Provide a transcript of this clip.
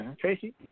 Tracy